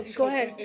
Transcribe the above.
go ahead,